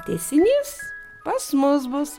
tęsinys pas mus bus